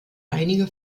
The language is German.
einige